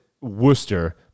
Worcester